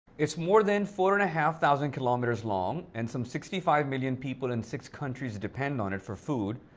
it's more than four and a half thousand kilometers long, and some sixty five million people in six countries depend on it for food.